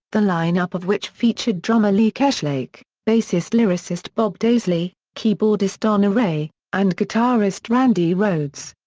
the line-up of which featured drummer lee kerslake, bassist lyricist bob daisley, keyboardist don airey, and guitarist randy rhoads.